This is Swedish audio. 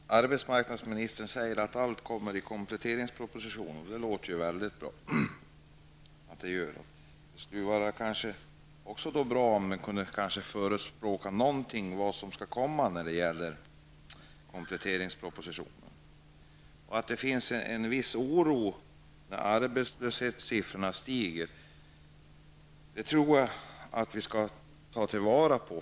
Herr talman! Arbetsmarknadsministern säger att allt kommer i kompletteringspropositionen, och det låter ju väldigt bra. Det skulle kanske vara bra om hon också kunde nämna något av det som skall komma i kompletteringspropositionen. Att det finns en viss oro när arbetslöshetsiffrorna stiger är något som jag tror att vi skall ta till vara.